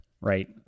right